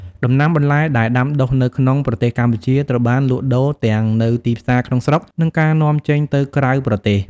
ដំណាំបន្លែ ដែលដាំដុះនៅក្នុងប្រទេសកម្ពុជាត្រូវបានលក់ដូរទាំងនៅទីផ្សារក្នុងស្រុក និងការនាំចេញទៅក្រៅប្រទេស។